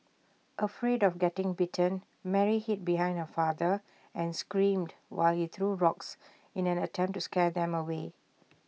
afraid of getting bitten Mary hid behind her father and screamed while he threw rocks in an attempt to scare them away